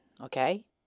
Okay